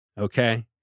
Okay